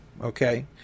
Okay